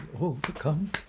overcome